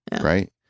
Right